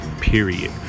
period